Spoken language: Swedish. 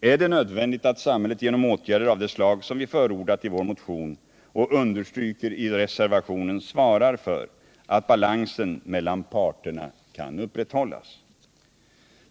är det nödvändigt att samhället genom åtgärder av det slag, som vi förordat i vår motion och understryker i reservationen, svarar för att balansen mellan parterna kan upprätthållas.